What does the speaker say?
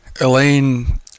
Elaine